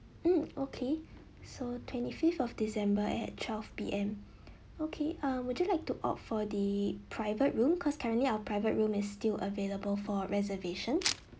mm okay so twenty fifth of december at twelve P_M okay uh would you like to opt for the private room cause currently our private room is still available for reservation